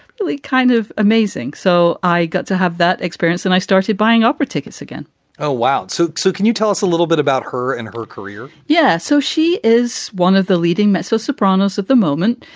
really kind of amazing. so i got to have that experience and i started buying opera tickets again oh, wow. so so can you tell us a little bit about her and her career? yeah. so she is one of the leading mezzo soprano us at the moment.